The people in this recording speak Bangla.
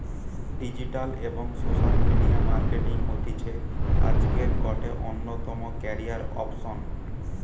ডিজিটাল এবং সোশ্যাল মিডিয়া মার্কেটিং হতিছে আজকের গটে অন্যতম ক্যারিয়ার অপসন